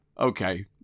Okay